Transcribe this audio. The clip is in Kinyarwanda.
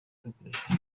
dukoresha